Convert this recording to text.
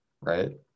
right